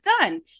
done